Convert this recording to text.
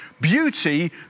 beauty